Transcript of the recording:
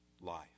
life